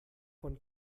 von